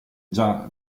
già